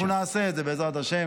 אנחנו נעשה את זה, בעזרת השם.